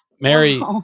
Mary